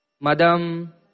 Madam